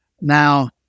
Now